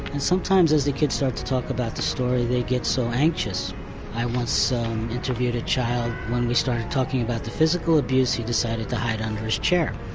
and sometimes as the kids start to talk about the story they get so anxious-i once so interviewed a child, when we started talking about the physical abuse he decided to hide under his chair,